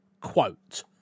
quote